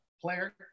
player